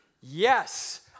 Yes